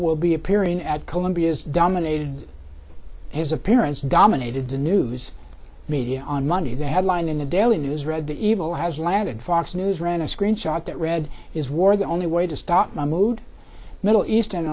will be appearing at columbia's dominated his appearance dominated the news media on monday the headline in the daily news read the evil has landed fox news ran a screen shot that read is war the only way to stop mahmoud middle east